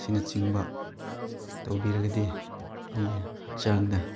ꯑꯁꯤꯅꯆꯤꯡꯕ ꯇꯧꯕꯤꯔꯒꯗꯤ ꯑꯩꯒꯤ ꯍꯛꯆꯥꯡꯗ